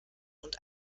und